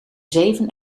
zeven